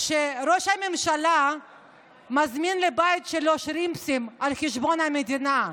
כשראש הממשלה מזמין לבית שלו שרימפסים על חשבון המדינה,